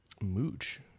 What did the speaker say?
Mooch